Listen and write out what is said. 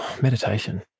meditation